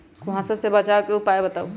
कुहासा से बचाव के उपाय बताऊ?